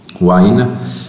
wine